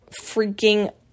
freaking